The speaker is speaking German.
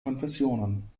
konfessionen